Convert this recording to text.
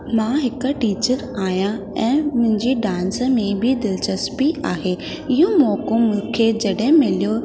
मां हिकु टीचर आहियां ऐं मुंहिंजी डांस में बि दिलचस्पी आहे इहो मौक़ो मूंखे जॾहिं मिलियो